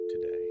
today